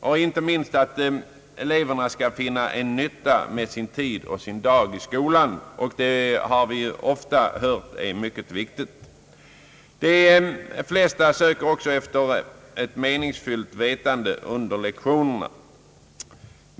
Inte minst viktigt är att eleverna finner en nytta med sin dag i skolan, det har vi ofta hört. De flesta söker också efter ett meningsfullt vetande under lektionerna.